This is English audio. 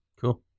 Cool